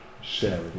share